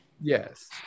yes